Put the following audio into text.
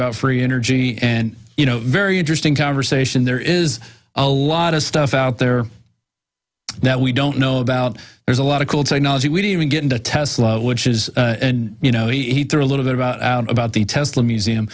about free energy and you know very interesting conversation there is a lot of stuff out there that we don't know about there's a lot of cool technology we didn't even get into tesla which is you know he threw a little bit about about the tesla museum